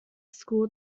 school